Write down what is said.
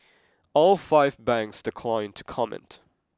all five banks declined to comment